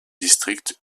district